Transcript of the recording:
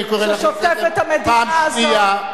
אני קורא אותך לסדר פעם שנייה.